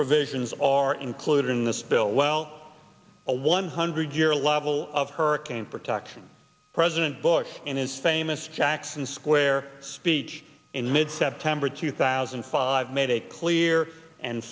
provisions are included in this bill well a one hundred year level of hurricane protection president bush in his famous jackson square speech in mid september two thousand and five made a clear and